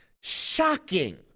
shocking